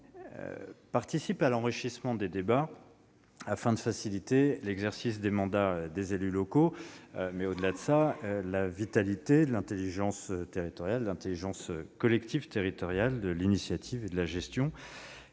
loi participe à l'enrichissement des débats, afin de faciliter l'exercice des mandats des élus locaux et, au-delà, la vitalité et l'intelligence collective territoriale de l'initiative et de la gestion.